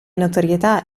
notorietà